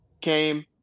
came